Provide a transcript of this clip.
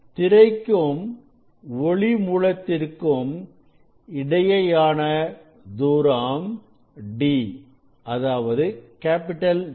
திரைக்கும் ஒளி மூலத்திற்கும் இடையேயான தூரம் D